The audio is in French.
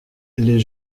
les